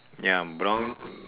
ya brown